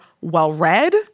well-read